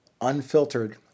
unfiltered